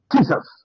Jesus